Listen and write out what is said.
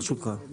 ברשותך.